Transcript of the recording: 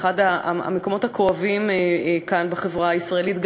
אחד המקומות הכואבים כאן בחברה הישראלית,